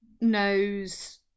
knows